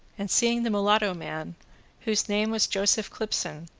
and seeing the mulatto-man, whose name was joseph clipson,